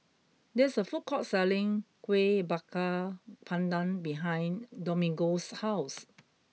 there is a food court selling Kueh Bakar Pandan behind Domingo's house